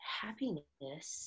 happiness